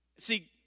See